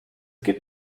gibt